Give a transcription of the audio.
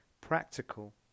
practical